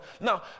Now